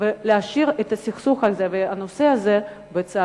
ולהשאיר את הסכסוך הזה ואת הנושא הזה בצד,